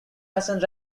assent